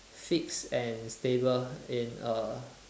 fix and stable in a